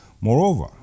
Moreover